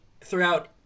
throughout